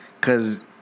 Cause